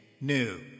new